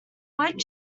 blake